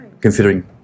Considering